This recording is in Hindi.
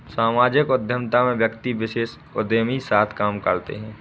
सामाजिक उद्यमिता में व्यक्ति विशेष उदयमी साथ काम करते हैं